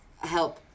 Help